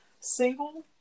Single